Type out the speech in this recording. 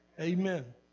Amen